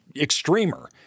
extremer